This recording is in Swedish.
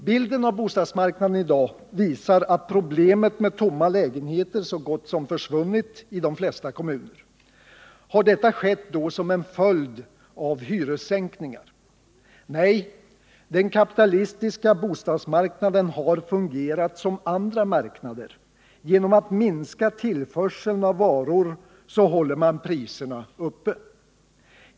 Bilden av bostadsmarknaden i dag visar att problemet med tomma lägenheter så gott som försvunnit i de flesta kommuner. Har detta skett som en följd av hyressänkningar? Nej, den kapitalistiska bostadsmarknaden har fungerat som andra marknader — genom att minska tillförseln av varor håller man priserna uppe.